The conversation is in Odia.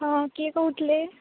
ହଁ କିଏ କହୁଥିଲେ